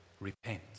Repent